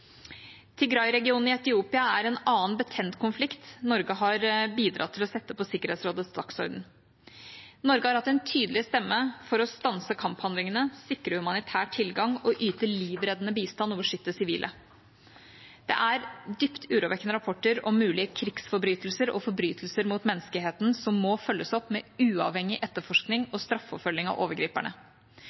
i Etiopia er en annen betent konflikt Norge har bidratt til å sette på Sikkerhetsrådets dagsorden. Norge har hatt en tydelig stemme for å stanse kamphandlingene, sikre humanitær tilgang, yte livreddende bistand og beskytte sivile. Det er dypt urovekkende rapporter om mulige krigsforbrytelser og forbrytelser mot menneskeheten som må følges opp med uavhengig etterforskning og straffeforfølgning av overgriperne.